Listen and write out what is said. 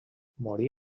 morí